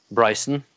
Bryson